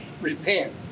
repent